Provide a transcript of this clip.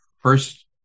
first